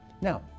Now